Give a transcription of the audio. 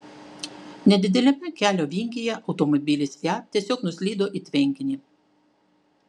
nedideliame kelio vingyje automobilis fiat tiesiog nuslydo į tvenkinį